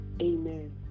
amen